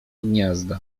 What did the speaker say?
gniazda